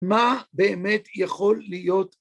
מה באמת יכול להיות..